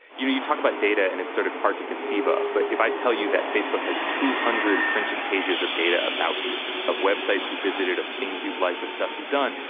you know, you talk about data and it's sort of hard to conceive of but if i tell you that facebook has two hundred printed pages of data about you of websites you visited, of things you've liked, of stuff you've done,